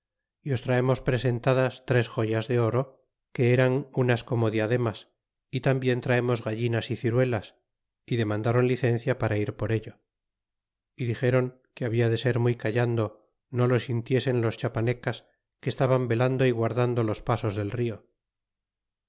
y os traemos presentadas tres joyas de oro que eran unas como diademas y tambien traemos gallinas y ciruelas y dernandron licencia para ir por ello y dixéron que habla de ser muy callando no lo sintiesen los chiapaneces que están velando y guardando los pasos del rio